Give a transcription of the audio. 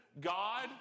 god